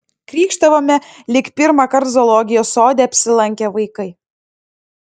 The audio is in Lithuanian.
krykštavome lyg pirmąkart zoologijos sode apsilankę vaikai